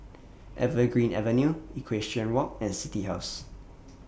Evergreen Avenue Equestrian Walk and City House